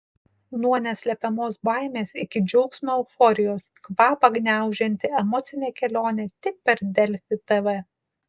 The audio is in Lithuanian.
nuo neslepiamos baimės iki džiaugsmo euforijos kvapą gniaužianti emocinė kelionė tik per delfi tv